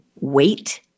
wait